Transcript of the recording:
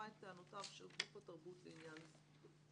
את טענותיו של גוף התרבות לעניין זה: